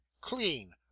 clean